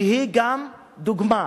שהיא גם דוגמה.